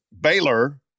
Baylor